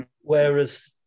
Whereas